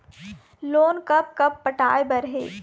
Loan कब कब पटाए बर हे?